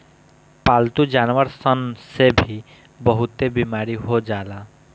पालतू जानवर सन से भी बहुते बेमारी हो जाला